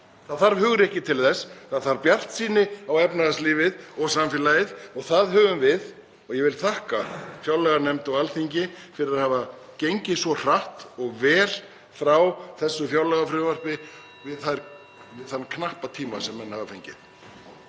Það þarf hugrekki til þess. Það þarf bjartsýni á efnahagslífið og samfélagið og hana höfum við. Ég vil þakka fjárlaganefnd og Alþingi fyrir að hafa gengið svo hratt og vel frá þessu fjárlagafrumvarpi á þeim knappa tíma sem menn hafa fengið.